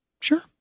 Sure